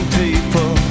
people